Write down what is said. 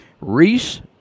Reese